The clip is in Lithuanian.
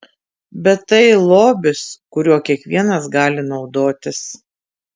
bet tai lobis kuriuo kiekvienas gali naudotis